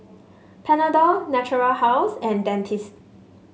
Panadol Natura House and Dentiste